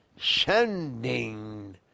sending